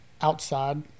outside